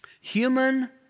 Human